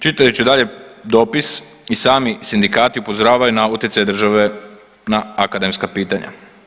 Čitajući dalje dopis i sami sindikati upozoravaju na utjecaj države na akademska pitanja.